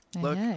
Look